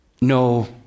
no